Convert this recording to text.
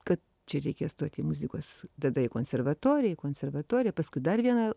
kad čia reikia stoti į muzikos tada į konservatoriją konservatoriją paskui dar vieną